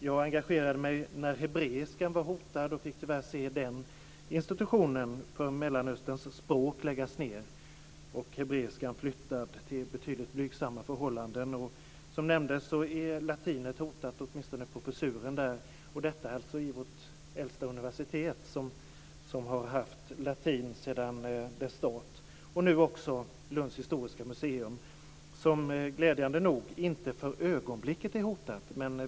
Jag engagerade mig när hebreiskan var hotad och fick tyvärr se den institutionen för Mellanösterns språk läggas ned. Hebreiskan flyttades till betydligt blygsammare förhållanden. Som nämndes är nu latinet hotat, åtminstone professuren, och detta alltså vid vårt äldsta universitet, som haft latin sedan starten. Nu har vi Lunds historiska museum, som glädjande nog inte för ögonblicket är hotat.